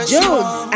Jones